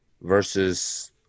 versus